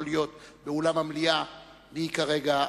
הצעת חוק להגנה על